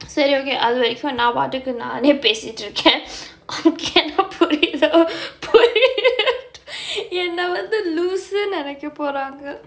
சரி:sari okay அது வரைக்கும் நா பாட்டுக்கு நானே பேசிக்கிட்டு இருக்கே:athu varaikum naa paatukku naanae pesikittu irukkae உனக்கு என்னா புரிதோ புரித்~:unakku ennaa puritho purit~ என்னே வந்து லூசுனு நினைக்க போறாங்க:ennae vanthu loosunnu ninaikka poraangae